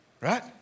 Right